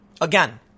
Again